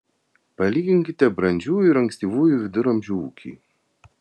palyginkite brandžiųjų ir ankstyvųjų viduramžių ūkį